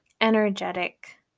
energetic